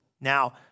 Now